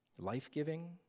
life-giving